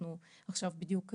אנחנו עכשיו בדיוק,